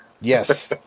Yes